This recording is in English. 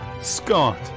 Scott